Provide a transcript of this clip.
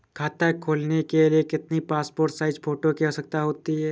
खाता खोलना के लिए कितनी पासपोर्ट साइज फोटो की आवश्यकता होती है?